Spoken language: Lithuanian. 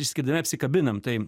išskirtinai apsikabinam tai